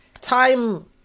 time